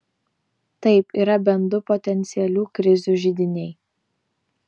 taip yra bent du potencialių krizių židiniai